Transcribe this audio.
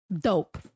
dope